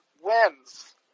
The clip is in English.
wins